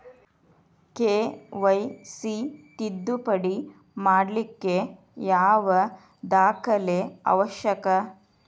KYC ತಿದ್ದುಪಡಿ ಮಾಡ್ಲಿಕ್ಕೆ ಯಾವ ದಾಖಲೆ ಅವಶ್ಯಕ?